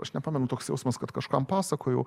aš nepamenu toks jausmas kad kažkam pasakojau